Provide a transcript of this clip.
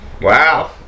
Wow